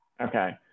Okay